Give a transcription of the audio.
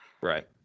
Right